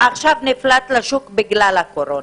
ועכשיו נפלט לשוק בגלל הקורונה.